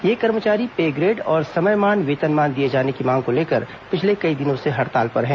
ये कर्मचारी pay grade और समयमान वेतनमान दिए जाने की मांग को लेकर पिछले कई दिनों से हड़ताल पर हैं